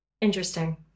Interesting